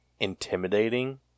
intimidating